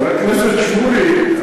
חבר הכנסת שמולי,